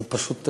זה פשוט,